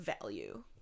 value